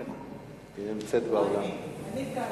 היא נמצאת באולם.